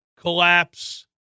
collapse